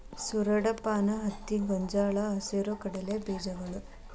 ಸೂರಡಪಾನ, ಹತ್ತಿ, ಗೊಂಜಾಳ, ಹೆಸರು ಕಡಲೆ ಬೇಜಗಳು